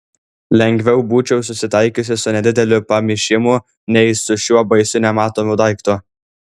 lengviau būčiau susitaikiusi su nedideliu pamišimu nei su šiuo baisiu nematomu daiktu